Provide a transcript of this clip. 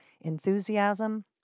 enthusiasm